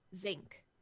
zinc